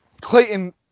Clayton –